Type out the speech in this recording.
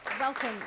Welcome